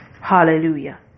hallelujah